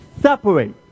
separate